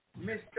Mr